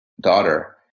daughter